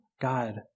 God